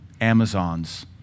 Amazons